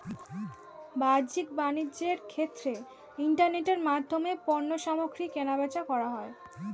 বাহ্যিক বাণিজ্যের ক্ষেত্রে ইন্টারনেটের মাধ্যমে পণ্যসামগ্রী কেনাবেচা করা হয়